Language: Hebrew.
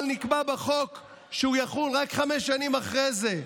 אבל נקבע בחוק שהוא יחול רק חמש שנים אחרי זה.